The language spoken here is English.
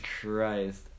Christ